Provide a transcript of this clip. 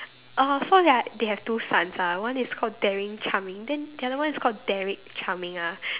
oh so like they have two sons ah one is called daring charming then the other one is called Derrick charming ah